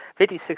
56